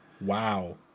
Wow